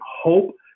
hope